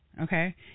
okay